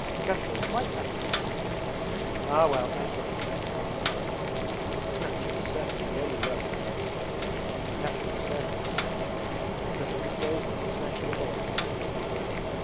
lukashka is quite happy, he says ah well, thank god said the cornet's wife snatcher is certainly the only word for him lukashka was surnamed the snatcher because of his bravery in snatching a boy from a watery grave,